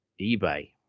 eBay